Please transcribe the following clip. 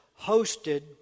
hosted